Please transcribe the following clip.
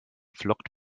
flockt